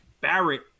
Barrett